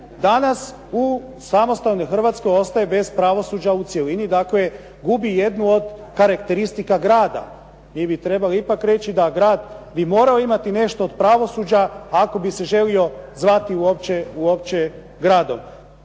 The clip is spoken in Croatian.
danas u samostalnoj Hrvatskoj ostaje bez pravosuđa u cjelini, dakle, gubi jednu od karakteristika grada. Mi bi trebali ipak reći da grad bi morao imati nešto od pravosuđa ako bi se želio zvati uopće gradom.